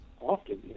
often